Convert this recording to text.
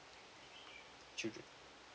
children